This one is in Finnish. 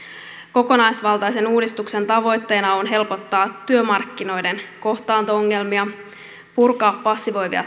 kokonaisvaltaisen uudistuksen tavoitteena on helpottaa työmarkkinoiden kohtaanto ongelmia purkaa passivoivia